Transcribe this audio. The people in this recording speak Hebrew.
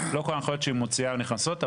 לא כל הנחיות שהיא מוציאה נכנסות,